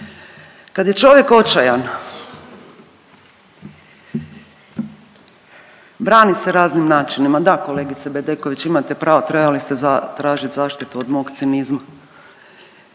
Kada je čovjek očajan brani se raznim načinima, da kolegice Bedeković imate pravo trebali ste tražiti zaštitu od mog cinizma